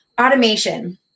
automation